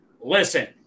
listen